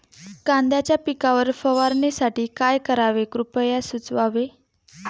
कांद्यांच्या पिकावर फवारणीसाठी काय करावे कृपया सुचवावे